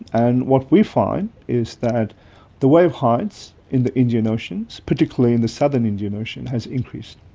and what we find is that the wave heights in the indian ocean, particularly in the southern indian ocean, has increased.